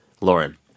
Lauren